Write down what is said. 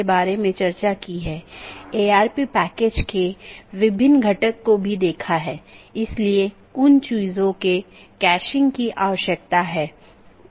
इसलिए हमारा मूल उद्देश्य यह है कि अगर किसी ऑटॉनमस सिस्टम का एक पैकेट किसी अन्य स्थान पर एक ऑटॉनमस सिस्टम से संवाद करना चाहता है तो यह कैसे रूट किया जाएगा